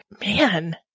Man